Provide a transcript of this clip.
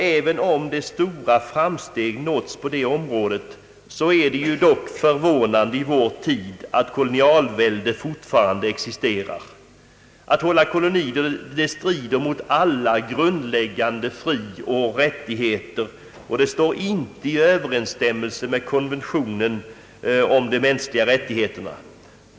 Även om stora framsteg nåtts på detta område är det dock förvånande att kolonialsystemet fortfarande existerar. Att hålla kolonier strider mot alla grundläggande frioch rättigheter och står inte i överensstämmelse med konventionen om de mänskliga rättigheterna.